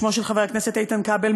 בשמו של חבר הכנסת איתן כבל,